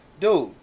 dude